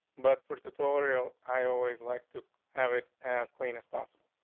but for the total, i always like to have it as clean as possible.